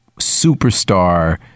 superstar